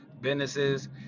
businesses